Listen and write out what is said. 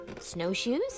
snowshoes